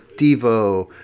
Devo